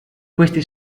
questi